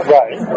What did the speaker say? right